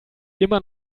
immer